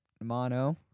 Mono